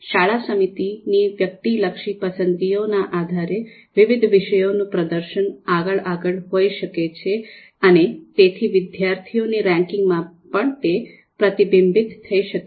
શાળા સમિતિની વ્યક્તિલક્ષી પસંદગીઓના આધારે વિવિધ વિષયોનું પ્રદર્શન અલગ અલગ હોઈ શકે છે અને તેથી વિદ્યાર્થીઓની રેન્કિંગમાં પણ તે પ્રતિબિંબિત થઈ શકે છે